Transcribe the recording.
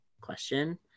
question